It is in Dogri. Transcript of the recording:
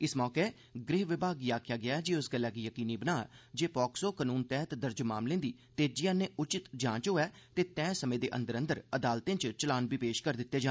इस मौके गृह विभाग गी आखेआ गेआ जे ओह इस गल्लै गी यकीनी बनाऽ जे पॉक्सो कानून तैह्त दर्ज मामलें दी तेजिआ'नै उचित जांच होऐ ते तैय समें दे अंदर अंदर अदालत च चलान बी पेश करी दित्ता जा